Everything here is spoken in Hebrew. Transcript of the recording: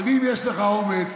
אבל אם יש לך אומץ,